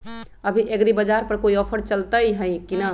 अभी एग्रीबाजार पर कोई ऑफर चलतई हई की न?